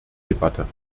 debatte